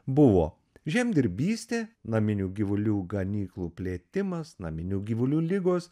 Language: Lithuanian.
buvo žemdirbystė naminių gyvulių ganyklų plėtimas naminių gyvulių ligos